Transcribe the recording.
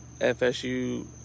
FSU